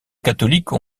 catholiques